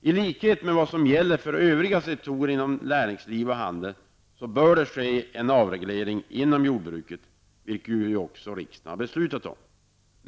I likhet med vad som gäller för övriga sektorer inom näringsliv och handel bör det ske en avreglering inom jordbruket, något som riksdagen också fattat beslut om.